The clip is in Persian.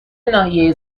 ناحیه